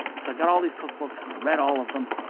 and so got all these cookbooks and i read all of them.